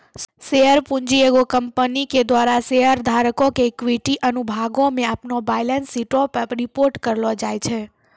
share पूंजी एगो company के द्वारा शेयर धारको के इक्विटी अनुभागो मे अपनो बैलेंस शीटो पे रिपोर्ट करलो जाय छै